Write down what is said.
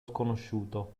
sconosciuto